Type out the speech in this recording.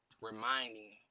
reminding